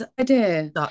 idea